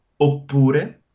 oppure